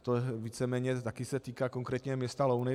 To se víceméně také týká konkrétně města Louny.